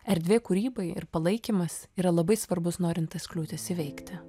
erdvė kūrybai ir palaikymas yra labai svarbus norint tas kliūtis įveikti